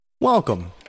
Welcome